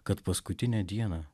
kad paskutinę dieną